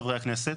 חברי הכנסת,